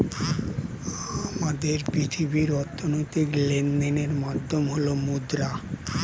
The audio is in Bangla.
আমাদের পৃথিবীর অর্থনৈতিক লেনদেনের মাধ্যম হল মুদ্রা